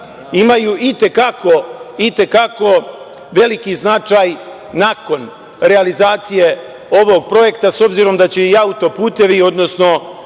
imaju i te kako veliki značaj nakon realizacije ovog projekta, s obzirom da će i auto-putevi, odnosno